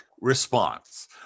response